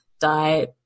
die